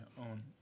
own